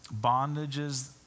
bondages